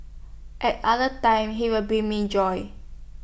at other times he will bring me joy